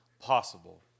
possible